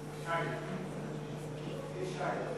שיט, טיל שיט.